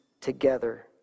together